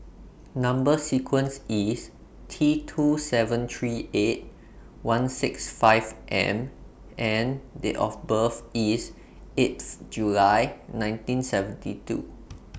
Number sequence IS T two seven three eight one six five M and Date of birth IS eighth July nineteen seventy two